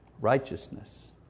righteousness